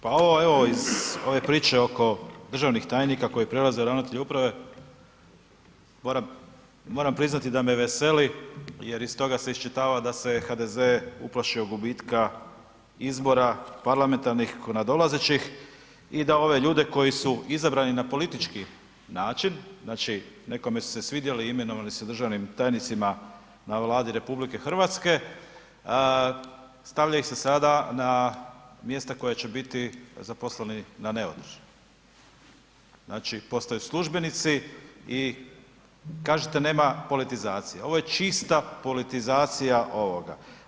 Pa ovo evo iz ove priče oko državnih tajnika koji prelaze u ravnatelje uprave moram priznati da me veseli jer iz toga se isčitava da se HDZ uplašio gubitka izbora parlamentarnih, nadolazećih i da ove ljude koji su izabrani na politički način, znači nekome su se svidjeli, imenovali se državnim tajnicima na Vladi RH, stavlja ih se sada na mjesta koja će biti zaposleni na neodređeno, znači postaju službenici i kažete nemate politizacije, ovo je čista politizacija ovoga.